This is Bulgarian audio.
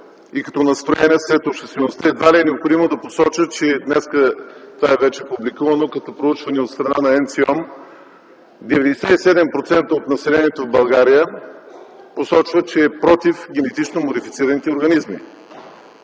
и като настроение сред обществеността. Едва ли е необходимо да посоча, че днес това вече е публикувано като проучване от страна на НЦИОМ: 97% от населението в България посочва, че е против генетично модифицираните организми.